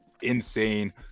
insane